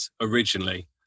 originally